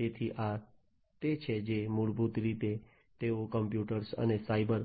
તેથી આ તે છે જે મૂળભૂત રીતે તેઓ કમ્પ્યુટર્સ અને સાયબર